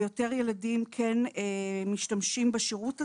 ויותר ילדים כן משתמשים בשרות הזה,